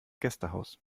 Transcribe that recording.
gästehaus